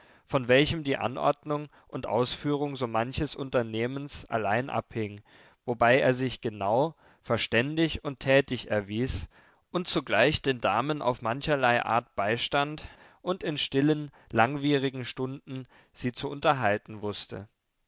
von welchem die anordnung und ausführung so manches unternehmens allein abhing wobei er sich genau verständig und tätig erwies und zugleich den damen auf mancherlei art beistand und in stillen langwierigen stunden sie zu unterhalten wußte